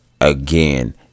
Again